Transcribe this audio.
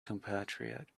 compatriot